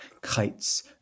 kites